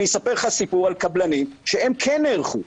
אני אספר לך סיפור על קבלנים שהם כן נערכו,